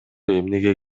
эмнеге